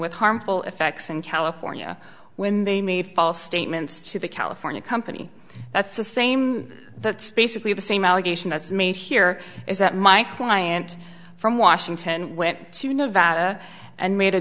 with harmful effects in california when they made false statements to the california company that's the same that's basically the same allegation that's made here is that my client from washington went to nevada and made a